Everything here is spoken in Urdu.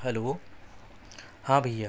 ہلو ہاں بھیا